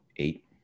Eight